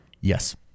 Yes